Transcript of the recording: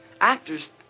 actors